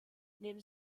neben